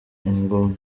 ingume